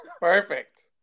Perfect